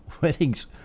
weddings